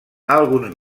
alguns